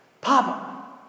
Papa